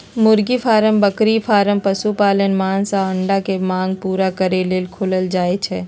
मुर्गी फारम बकरी फारम पशुपालन मास आऽ अंडा के मांग पुरा करे लेल खोलल जाइ छइ